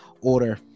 order